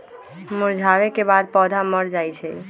मुरझावे के बाद पौधा मर जाई छई